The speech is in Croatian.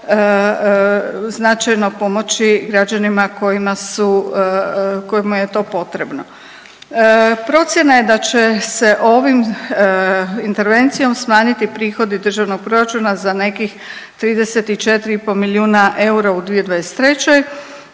značajno pomoći građanima kojima je to potrebno. Procjena je da će se ovom intervencijom smanjiti prihodi državnog proračuna za nekih 34 i pol milijuna eura u 2023.,